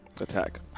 attack